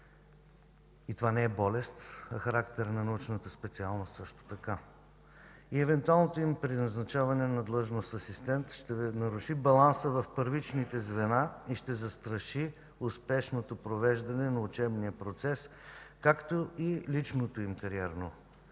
Това не е болест, а характер на научната специалност също така. Евентуалното им преназначаване на длъжност „асистент” ще наруши баланса в първичните звена и ще застраши успешното провеждане на учебния процес, както и личното им кариерно